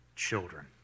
children